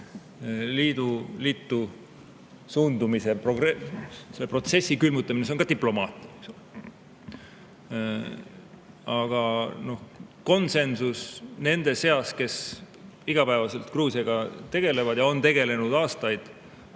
Liitu suundumise protsessi külmutamine on ka diplomaatia. Aga konsensus nende seas, kes igapäevaselt Gruusiaga tegelevad ja on tegelenud aastaid,